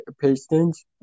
Pistons